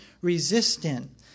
resistant